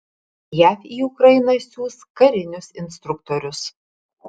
jav į ukrainą siųs karinius instruktorius